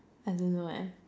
I don't know leh